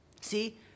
See